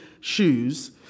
shoes